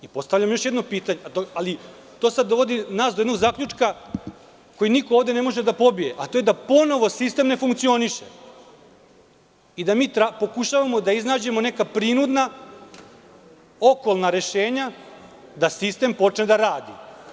To nas sada dovodi do jednog zaključka koji niko ovde ne može da pobije, a to je da ponovo sistem ne funkcioniše i da mi pokušavamo da iznađemo neka prinudna, okolna rešenja da sistem počne da radi.